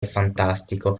fantastico